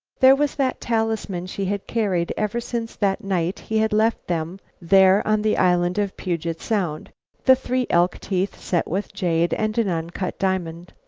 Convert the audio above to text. there was that talisman she had carried ever since that night he had left them there on the island of puget sound the three elk teeth set with jade and an uncut diamond.